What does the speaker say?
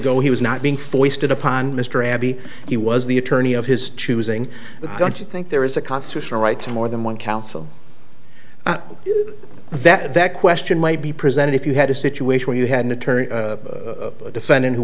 go he was not being forced upon mr abbe he was the attorney of his choosing don't you think there is a constitutional right to more than one counsel that that question might be presented if you had a situation where you had an attorney a defendant who